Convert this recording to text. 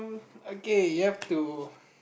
okay you have to